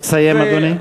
סיים, אדוני.